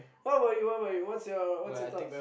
what about you what about you what's your what's your thoughts